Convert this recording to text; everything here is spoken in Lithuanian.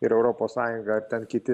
ir europos sąjunga ar ten kiti